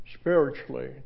Spiritually